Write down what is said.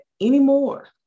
anymore